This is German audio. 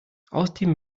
außerdem